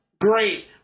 Great